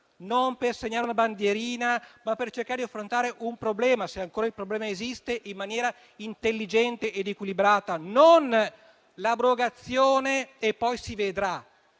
né per segnare una bandierina, ma per cercare di affrontare un problema - se ancora esiste - in maniera intelligente ed equilibrata; non l'abrogazione e poi si vedrà,